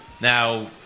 Now